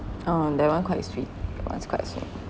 oh that one quite sweet that one's quite sweet